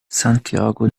santiago